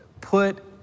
put